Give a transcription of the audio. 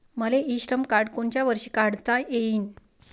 मले इ श्रम कार्ड कोनच्या वर्षी काढता येईन?